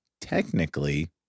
technically